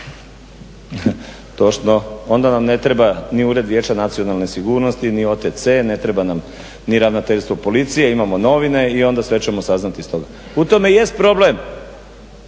Točno, onda nam ne treba ni Ured vijeća nacionalne sigurnosti, ni OTC, ne treba nam ni ravnateljstvo policije, imamo novine i onda sve ćemo saznati iz toga. U tome i jest problem,